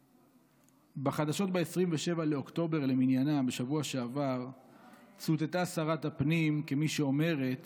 בחדשות ב-27 באוקטובר למניינם בשבוע שעבר צוטטה שרת הפנים כמי שאומרת